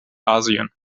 asien